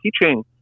teaching